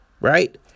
right